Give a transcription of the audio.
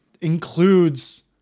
includes